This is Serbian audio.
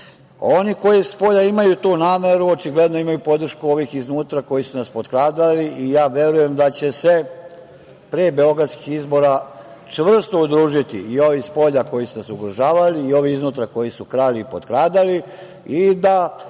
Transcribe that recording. koji spolja imaju tu nameru očigledno imaju podršku ovih iznutra koji su nas potkradali i ja verujem da će se pre beogradskih izbora čvrsto udružiti i ovi spolja koji su nas ugrožavali i ovi iznutra koji su krali i potkradali i da